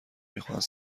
میخواهند